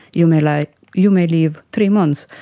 you may like you may live three months.